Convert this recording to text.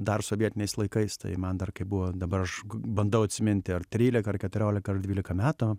dar sovietiniais laikais tai man dar kai buvo dabar aš bandau atsiminti ar trylika ar keturiolika ar dvylika metų